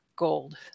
gold